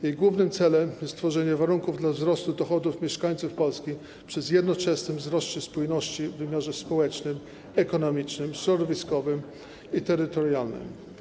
Jej głównym celem jest stworzenie warunków do wzrostu dochodów mieszkańców Polski przy jednoczesnym wzroście spójności w wymiarze społecznym, ekonomicznym, środowiskowym i terytorialnym.